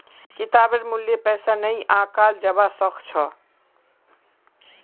किताबेर मूल्य पैसा नइ आंकाल जबा स ख छ